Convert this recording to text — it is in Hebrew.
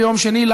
ביום שני,